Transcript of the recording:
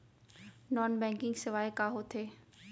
non banking सेवाएं का होथे